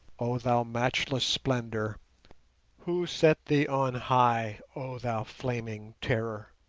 oh thou matchless splendour who set thee on high, oh thou flaming terror?